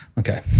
Okay